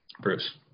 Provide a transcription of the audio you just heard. Bruce